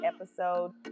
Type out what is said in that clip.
episode